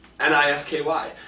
N-I-S-K-Y